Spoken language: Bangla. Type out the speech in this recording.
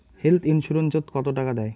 হেল্থ ইন্সুরেন্স ওত কত টাকা দেয়?